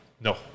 No